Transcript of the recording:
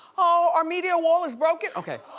oh, our media wall is broken, okay.